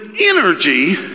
energy